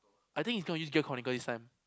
I think he's gonna use gear chronicle this time